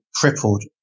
crippled